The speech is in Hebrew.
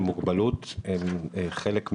הפשע הראשון, שממשלת ישראל מתכנסת לאחר